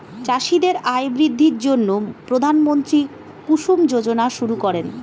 চাষীদের আয় বৃদ্ধির জন্য প্রধানমন্ত্রী কুসুম যোজনা শুরু করেন